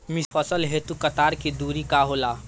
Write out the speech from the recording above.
मिश्रित फसल हेतु कतार के दूरी का होला?